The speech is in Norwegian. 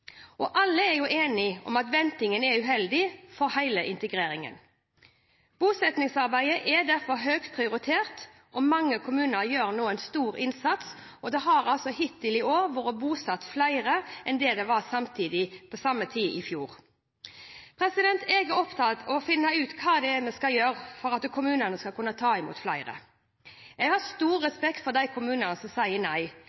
Alle er enige om at ventingen er uheldig for hele integreringen. Bosettingsarbeidet er derfor høyt prioritert, og mange kommuner gjør nå en stor innsats. Det har hittil i år blitt bosatt flere enn det ble på samme tid i fjor. Jeg er opptatt av å finne ut hva vi skal gjøre for at kommunene skal kunne ta imot flere. Jeg har stor respekt for de kommunene som sier nei,